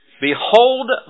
Behold